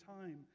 time